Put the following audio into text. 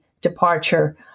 departure